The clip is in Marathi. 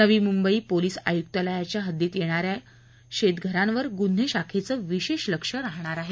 नवी मुंबई पोलिस आयुक्तालयाच्या हद्दीत येणाऱ्या शेतघरांवर गुन्हे शाखेचं विशेष लक्ष राहणार आहे